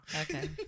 Okay